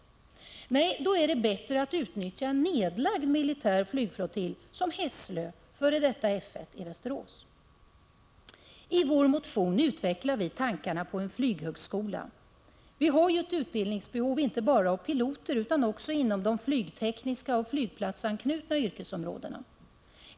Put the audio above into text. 1985/86:136 bättre att utnyttja en nedlagd militär flygflottilj som Hässlö, f.d. F 1, i 7 maj 1986 Västerås. I vår motion utvecklar vi tankarna på en flyghögskola. Vi har ju ett Fuga utbildningsbehov inte bara av piloter, utan också av personal inom de flygtekniska och flygplatsanknutna yrkesområdena.